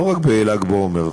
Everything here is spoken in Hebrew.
לא רק בל"ג בעומר,